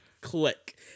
click